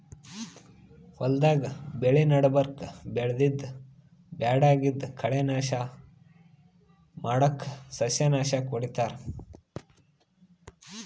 ಹೊಲ್ದಾಗ್ ಬೆಳಿ ನಡಬರ್ಕ್ ಬೆಳ್ದಿದ್ದ್ ಬ್ಯಾಡಗಿದ್ದ್ ಕಳಿ ನಾಶ್ ಮಾಡಕ್ಕ್ ಸಸ್ಯನಾಶಕ್ ಹೊಡಿತಾರ್